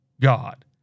God